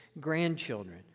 grandchildren